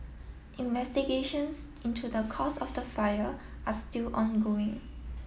investigations into the cause of the fire are still ongoing